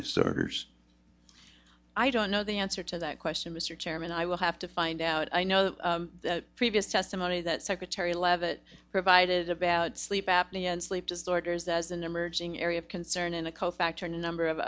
disorders i don't know the answer to that question mr chairman i will have to find out i know the previous testimony that secretary leavitt provided about sleep apnea and sleep disorders as an emerging area of concern in a co factor number of